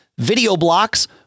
VideoBlocks